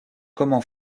comment